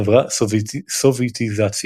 עברה "סובייטיזציה",